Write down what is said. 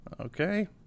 Okay